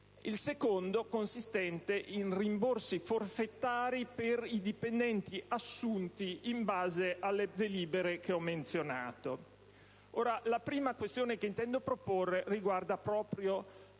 il secondo, consistente in rimborsi forfetari per i dipendenti assunti in base alle delibere che ho menzionato. La prima questione che intendo proporre riguarda proprio